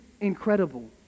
incredible